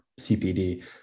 CPD